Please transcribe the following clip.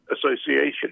association